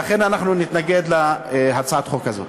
לכן אנחנו נתנגד להצעת החוק הזאת.